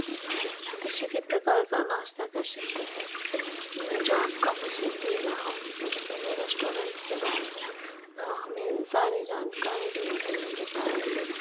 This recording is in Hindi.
किसी भी प्रकार का नाश्ता कर सकते हैं जो आपका पसंदीदा हो उन्होंने रेस्टोरेंट के बारे में सारी जानकारी दिए उन्होंने बताया